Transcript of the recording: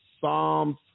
Psalms